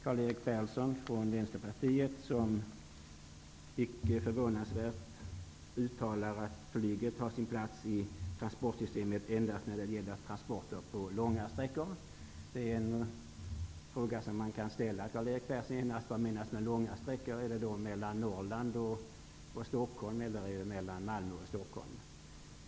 Karl-Erik Persson från Vänsterpartiet uttalar, icke förvånansvärt, att flyget har sin plats i transportsystemet endast när det gäller transporter på långa sträckor. En fråga som kan ställas till Karl Erik Persson är: Vad menas med långa sträckor? Är det sträckan mellan Norrland och Stockholm eller mellan Malmö och Stockholm?